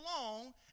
long